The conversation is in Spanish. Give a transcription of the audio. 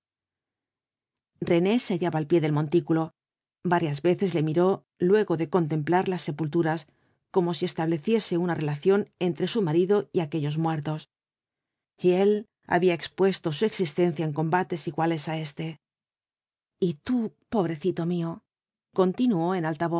rene se hallaba al pie del montículo varias veces le miró luego de contemplar las sepulturas como si estableciese una relación entre su marido y aquellos muertos y él había expuesto su existencia en combates iguales á este v blasco ibáñbz y tú pobrecito mío continuó en alta